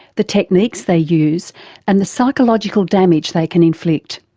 the techniques they use and the psychological damage they can inflict.